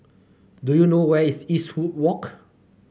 do you know where is Eastwood Walk